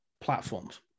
platforms